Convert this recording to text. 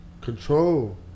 Control